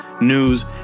news